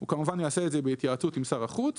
הוא כמובן יעשה את זה בהתייעצות עם שר החוץ,